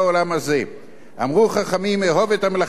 אמרו חכמים, אהוב את המלאכה, ושנא את הרבנות.